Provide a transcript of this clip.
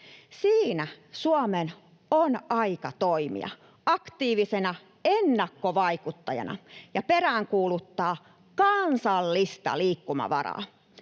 Siinä Suomen on aika toimia aktiivisena ennakkovaikuttajana ja peräänkuuluttaa kansallista liikkumavaraa.